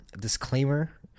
disclaimer